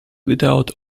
without